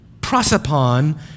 prosopon